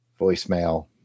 Voicemail